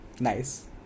Nice